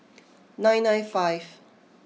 nine nine five